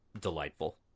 delightful